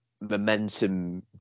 momentum